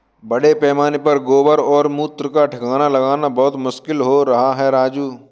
बड़े पैमाने पर गोबर और मूत्र का ठिकाना लगाना बहुत मुश्किल हो रहा है राजू